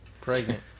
Pregnant